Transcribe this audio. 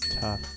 Tough